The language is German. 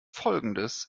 folgendes